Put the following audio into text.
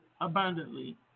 abundantly